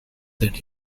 that